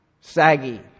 saggy